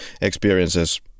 experiences